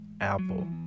Apple